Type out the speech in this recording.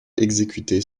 exécutés